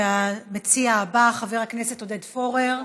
המציע הבא, חבר הכנסת עודד פורר.